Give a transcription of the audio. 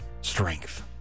strength